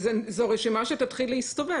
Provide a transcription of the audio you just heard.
זו רשימה שתתחיל להסתובב.